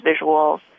visuals